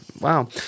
wow